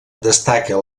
destaca